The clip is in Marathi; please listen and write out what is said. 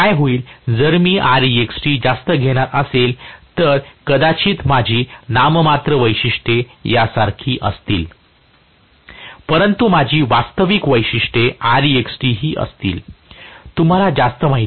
पण काय होईल जर मी Rext जास्त घेणार असेल तर कदाचित माझी नाममात्र वैशिष्ट्ये यासारखी असतील परंतु माझी वास्तविक वैशिष्ट्ये Rext ही असतील तुम्हाला जास्त माहिती आहे